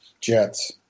jets